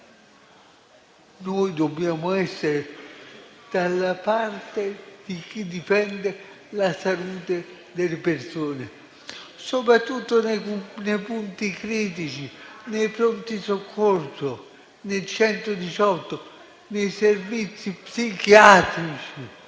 noi dobbiamo essere dalla parte di chi difende la salute delle persone, soprattutto nei punti critici come i pronto soccorso, il 118, i servizi psichiatrici